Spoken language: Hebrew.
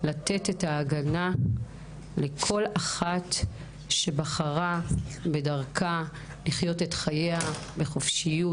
לתת את ההגנה לכל אחת שבחרה בדרכה לחיות את חייה בחופשיות,